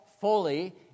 fully